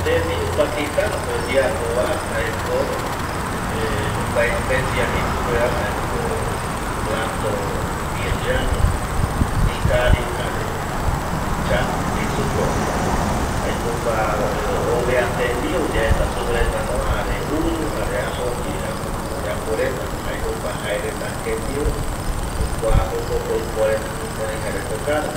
Tembiu pakistan pe oyeapo va jae co jocua especia especia jei supe va, jaeco tembiu bil yani, Mijari jei supe va jare chapi jei supe va, jaeco jocua ovea tembiu yae supe va jare uru jare arro ndie oyapo reta jocua jae reta jembiu jocua jae reta jocope oiko va reta jucurai okaru